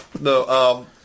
No